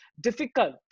difficult